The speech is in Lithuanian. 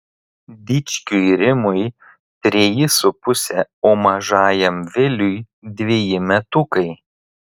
dičkiui rimui treji su puse o mažajam viliui dveji metukai